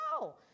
No